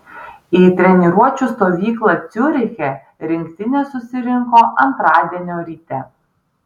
į treniruočių stovyklą ciuriche rinktinė susirinko antradienio ryte